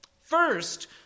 First